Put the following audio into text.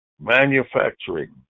manufacturing